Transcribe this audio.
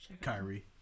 Kyrie